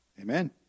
Amen